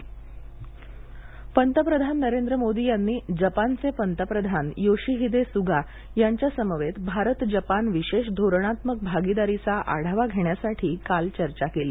Bharat Japan भागीदारी पंतप्रधान नरेंद्र मोदी यांनी जपानचे पंतप्रधान योशीहीदे सुगा यांच्यासमवेत भारत जपान विशेष धोरणात्मक भागीदारीचा आढावा घेण्यासाठी काल चर्चा केली